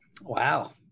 Wow